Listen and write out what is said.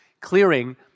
clearing